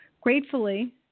Gratefully